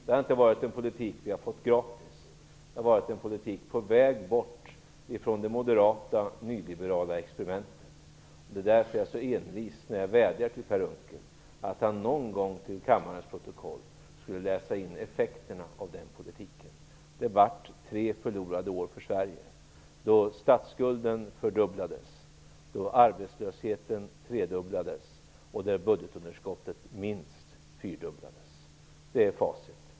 Det har inte varit en politik som vi har fått gratis. Det har varit en politik på väg bort från det moderata nyliberala experimentet. Det är därför som jag är så envis när jag vädjar till Per Unckel att han någon gång till kammarens protokoll skall läsa in effekterna av den politiken. Det blev tre förlorade år för Sverige då statsskulden fördubblades, då arbetslösheten tredubblades och då budgetunderskottet minst fyrdubblades. Det är facit.